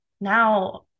now